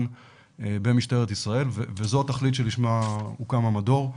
במשטרת ישראל וזו התכלית שלשמה הוקם המדור.